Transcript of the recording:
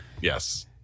Yes